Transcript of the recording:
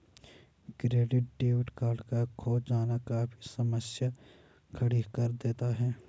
credit debit card का खो जाना काफी समस्या खड़ी कर देता है